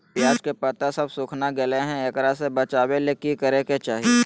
प्याज के पत्ता सब सुखना गेलै हैं, एकरा से बचाबे ले की करेके चाही?